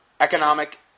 economic